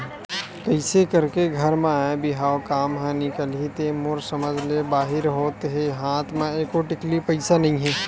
कइसे करके घर म आय बिहाव काम ह निकलही ते मोर समझ ले बाहिर होवत हे हात म एको टिकली पइसा नइ हे